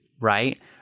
right